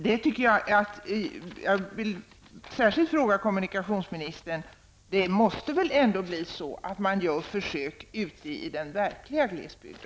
Det blir väl ändå så, kommunikationsministern, att man har en försöksverksamhet också ute på vad som är verklig glesbygd.